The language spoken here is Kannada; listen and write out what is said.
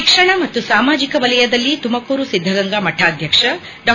ಶಿಕ್ಷಣ ಮತ್ತು ಸಾಮಾಜಿಕ ವಲಯದಲ್ಲಿ ತುಮಕೂರು ಸಿದ್ದಗಂಗಾ ಮಠಾಧ್ಯಕ್ಷ ಡಾ